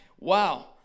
Wow